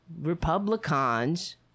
republicans